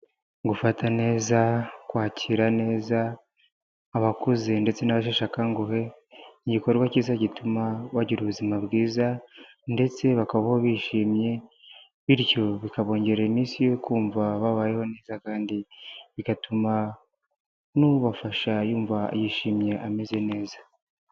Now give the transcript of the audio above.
Gufata neza, kwakira neza, abakuze ndetse n'abasheshe akanguhe igikorwa cyiza gituma bagira ubuzima bwiza, ndetse bakaba bishimye bityo bikabongerera iminsi yo kumva babayeho neza kandi bigatuma n'ubafasha yumva yishimye ameze neza.